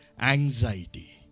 anxiety